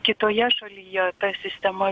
kitoje šalyje ta sistema